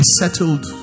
settled